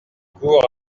cours